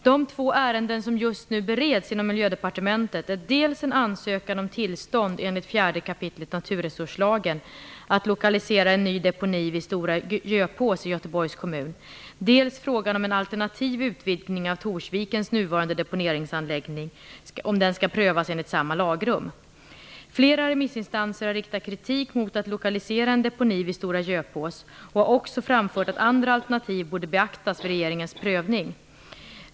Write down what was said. De två ärenden som just nu bereds inom Miljödepartementet är dels en ansökan om tillstånd enligt 4 Stora Göpås i Göteborgs kommun, dels frågan om ifall en alternativ utvidgning av Torsvikens nuvarande deponeringsanläggning skall prövas enligt samma lagrum. Flera remissinstanser har riktat kritik mot att lokalisera en deponi vid Stora Göpås och har också framfört att andra alternativ borde beaktas vid regeringens prövning.